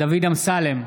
דוד אמסלם,